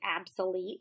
obsolete